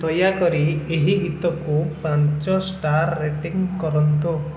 ଦୟାକରି ଏହି ଗୀତକୁ ପାଞ୍ଚ ଷ୍ଟାର ରେଟିଂ କରନ୍ତୁ